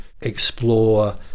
explore